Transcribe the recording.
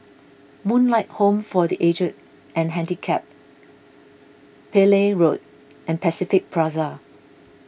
Moonlight Home for the Aged and Handicapped Pillai Road and Pacific Plaza